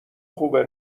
خوبه